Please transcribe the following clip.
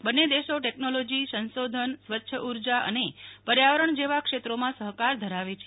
બંને દેશો ટેકનોલોજી સંશોધન સ્વચ્છ ઉર્જા અને પર્યાવરણ જેવા ક્ષેત્રોમાં સહકાર ધરાવે છે